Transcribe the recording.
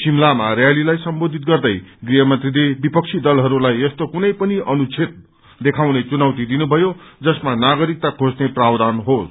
शिमलामा र्यालीलाई सम्बोधित गर्दै गृहमन्त्रीले विपक्षी दलहरूलाई यस्तो कुनै पनि अनुछेद देखाउने चुनौति दिनुथयो जसमा नागरिकता खोस्ने प्रावधान होस्